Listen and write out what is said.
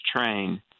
train